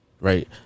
right